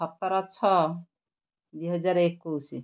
ସତର ଛଅ ଦୁଇ ହଜାର ଏକୋଇଶି